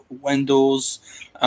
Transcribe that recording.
Wendell's